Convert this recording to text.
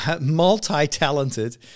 multi-talented